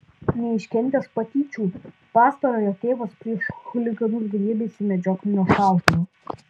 neiškentęs patyčių pastarojo tėvas prieš chuliganus griebėsi medžioklinio šautuvo